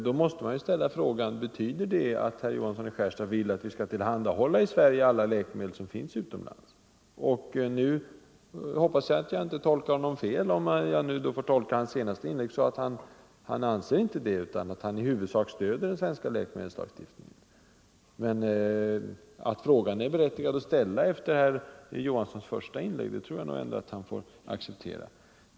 Då måste man ställa frågan: Betyder 2 december 1974 det att herr Johansson i Skärstad vill att vi i Sverige skall tillhandahålla I alla läkemedel som finns utomlands? Nu hoppas jag att jag inte tar fel, Om lättnader i det om jag tolkar hans senaste inlägg så att han inte anser det, utan att - ekonomiska trycket han i huvudsak stöder den svenska läkemedelslagstiftningen. Men att på kommuner och det var berättigat att ställa frågan efter herr Johanssons första inlägg, landsting tror jag att han får acceptera.